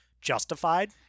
justified